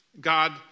God